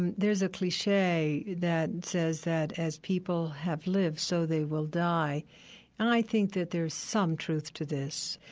and there's a cliche that says that as people have lived, so they will die. and i think that there's some truth to this.